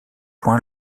ouen